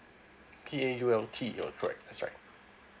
P A U L T E O correct that's right